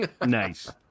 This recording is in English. Nice